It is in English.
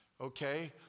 okay